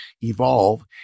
evolve